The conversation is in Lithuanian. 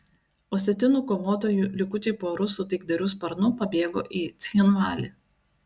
osetinų kovotojų likučiai po rusų taikdarių sparnu pabėgo į cchinvalį